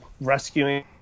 rescuing